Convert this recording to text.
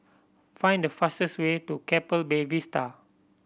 find the fastest way to Keppel Bay Vista